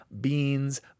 beans